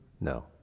No